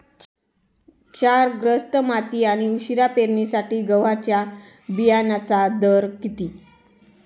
क्षारग्रस्त माती आणि उशिरा पेरणीसाठी गव्हाच्या बियाण्यांचा दर किती?